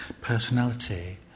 personality